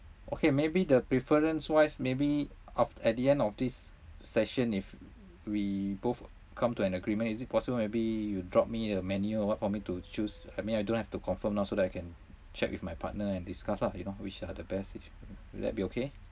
okay maybe the preference wise maybe aft~ at the end of this session if we both come to an agreement is it possible maybe you drop me a menu or what for me to choose I mean I don't have to confirm now so that I can check with my partner and discuss lah you know which are the best if would that be okay